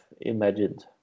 imagined